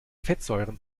fettsäuren